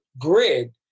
grid